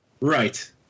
right